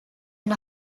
and